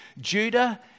Judah